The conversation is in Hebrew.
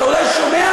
אתה אולי שומע,